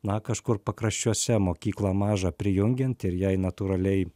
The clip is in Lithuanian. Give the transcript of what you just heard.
na kažkur pakraščiuose mokyklą mažą prijungiant ir jai natūraliai